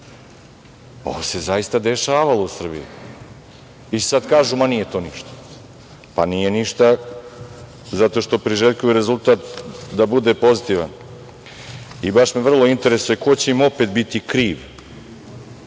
Ovo se zaista dešavalo u Srbiji sada kažu nije to ništa. Nije ništa zato što priželjkuju rezultat da bude pozitivan. I baš me vrlo interesuje ko će im opet biti kriv